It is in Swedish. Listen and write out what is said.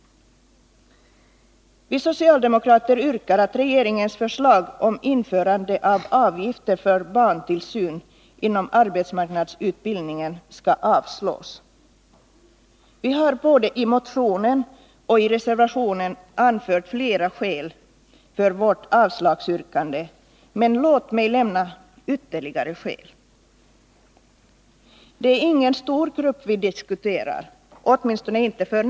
Vi socialdemokrater yrkar att regeringens förslag om införande av avgifter för barntillsyn inom arbetsmarknadsutbildningen skall avslås. Vi har både i motionen och i reservationen anfört flera skäl för vårt avslagsyrkande, men låt mig här lämna ytterligare några. Det är ingen stor grupp vi diskuterar. Åtminstone är den inte f. n. det.